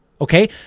Okay